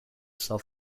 they